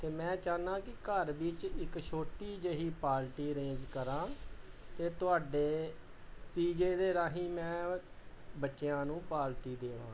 ਅਤੇ ਮੈਂ ਚਾਹੁੰਦਾ ਕਿ ਘਰ ਵਿੱਚ ਇੱਕ ਛੋਟੀ ਜਿਹੀ ਪਾਲਟੀ ਅਰੇਂਜ ਕਰਾਂ ਅਤੇ ਤੁਹਾਡੇ ਪੀਜ਼ੇ ਦੇ ਰਾਹੀਂ ਮੈਂ ਬੱਚਿਆਂ ਨੂੰ ਪਾਲਟੀ ਦੇਵਾਂ